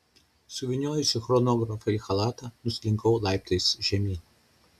suvyniojusi chronografą į chalatą nuslinkau laiptais žemyn